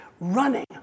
running